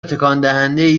تکاندهندهای